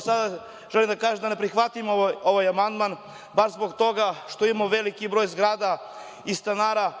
Sada želim da kažem da ne prihvatimo ovaj amandman, baš zbog toga što imamo veliki broj zgrada i stanara,